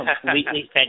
completely